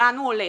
לאן הוא הולך?